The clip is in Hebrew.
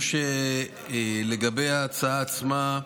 לגבי ההצעה עצמה,